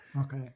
Okay